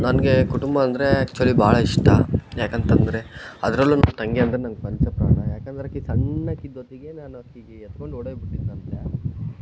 ನನಗೆ ಕುಟುಂಬ ಅಂದರೆ ಆ್ಯಕ್ಚುಲಿ ಭಾಳ ಇಷ್ಟ ಯಾಕಂತಂದರೆ ಅದರಲ್ಲೂ ನನ್ನ ತಂಗಿ ಅಂದರೆ ನಂಗೆ ಪಂಚಪ್ರಾಣ ಯಾಕಂದರೆ ಆಕಿ ಸಣ್ಣಾಕಿದ್ದೋತ್ತಿಗೆ ನಾನು ಆಕಿಗೆ ಎತ್ಕೊಂಡು ಓಡೋಗ್ಬಿಟ್ಟಿದ್ನಂತೆ